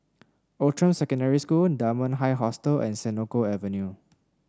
Outram Secondary School Dunman High Hostel and Senoko Avenue